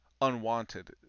unwanted